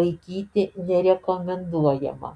laikyti nerekomenduojama